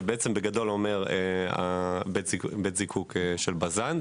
זה אומר בית זיקוק של בז"ן.